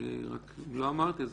רק לא אמרתי,